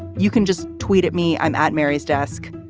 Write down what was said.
you can just tweet at me. i'm at mary's desk.